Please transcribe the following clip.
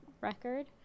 record